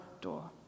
door